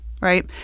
right